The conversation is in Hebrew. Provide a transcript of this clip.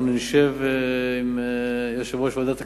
אנחנו נשב עם יושב-ראש ועדת הכספים,